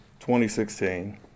2016